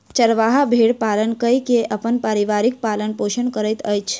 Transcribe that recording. चरवाहा भेड़ पालन कय के अपन परिवारक पालन पोषण करैत अछि